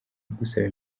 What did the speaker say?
gusaba